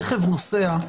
רכב נוסע,